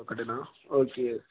ఒకటనా okay